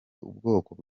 ubwoko